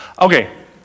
Okay